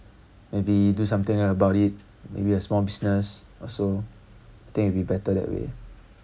maybe do something about it maybe a small business also I think it will be better that way